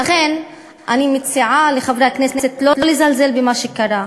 לכן אני מציעה לחברי הכנסת לא לזלזל במה שקרה,